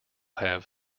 have